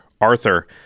Arthur